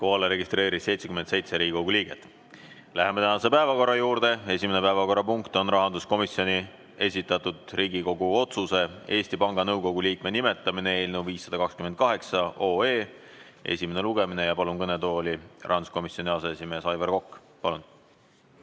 registreerus 77 Riigikogu liiget. Läheme tänase päevakorra juurde. Esimene päevakorrapunkt on rahanduskomisjoni esitatud Riigikogu otsuse "Eesti Panga Nõukogu liikme nimetamine" eelnõu 528 esimene lugemine. Ma palun kõnetooli rahanduskomisjoni aseesimehe Aivar Koka. Palun!